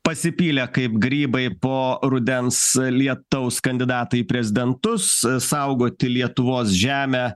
pasipylė kaip grybai po rudens lietaus kandidatai į prezidentus saugoti lietuvos žemę